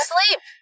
Sleep